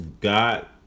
Got